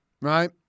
Right